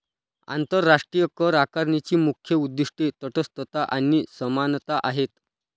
आंतरराष्ट्रीय करआकारणीची मुख्य उद्दीष्टे तटस्थता आणि समानता आहेत